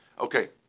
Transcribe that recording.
Okay